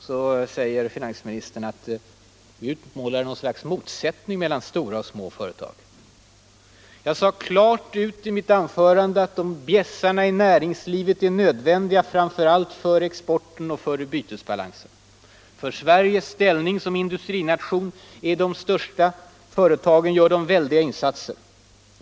Så sade finansministern att vi målar upp något slags motsättning mellan stora och små företag. Jag sade klart ut i mitt anförande att bjässarna i näringslivet är nödvändiga framför allt för exporten och bytesbalansen. För Sveriges ställning som industrination gör de stora företagen väldiga insatser.